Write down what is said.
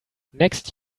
next